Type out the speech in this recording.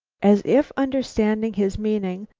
as if understanding his meaning,